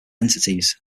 entities